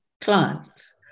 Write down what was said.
clients